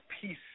peace